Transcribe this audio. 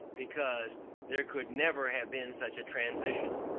because there could never have been such a transition.